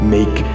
Make